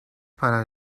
para